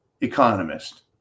economist